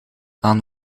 aan